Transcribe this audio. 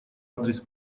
адрес